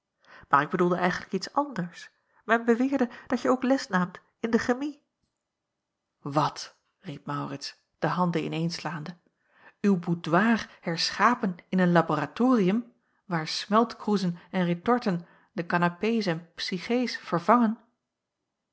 maar ik bedoelde eigentlijk iets anders men beweerde dat je ook les naamt in de chemie wat riep maurits de handen ineenslaande uw boudoir herschapen in een laboratorium waar smeltkroezen en retorten de kanapees en psychees vervangen